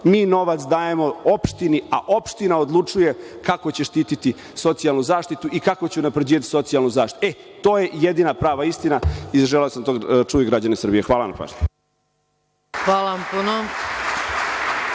Mi novac dajemo opštini, a opština odlučuje kako će štititi socijalnu zaštitu i kako će unapređivati socijalnu zaštitu. To je jedina prava istina i želeo sam da to čuju građani Srbije. Hvala na pažnji. **Maja